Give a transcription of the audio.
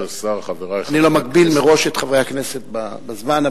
אני לא מגביל מראש את חברי הכנסת בזמן,